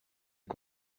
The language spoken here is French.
est